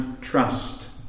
trust